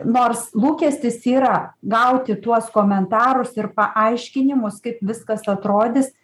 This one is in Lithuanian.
nors lūkestis yra gauti tuos komentarus ir paaiškinimus kaip viskas atrodys